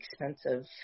expensive